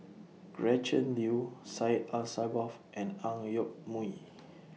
Gretchen Liu Syed Alsagoff and Ang Yoke Mooi